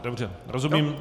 Dobře, rozumím.